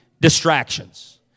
distractions